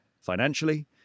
financially